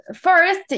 first